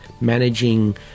managing